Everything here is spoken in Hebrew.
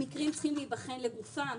המקרים צריכים להיבחן לגופם.